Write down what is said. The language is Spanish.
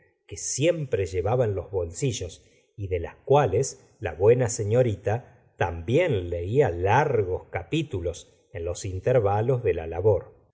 que siempre llevaba en los bolsillos y de las cuales la buena señorita también leía largos capítulos en los intervalos de la labor